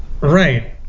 Right